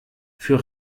für